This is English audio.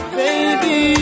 baby